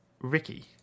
Ricky